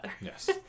Yes